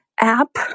app